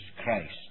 Christ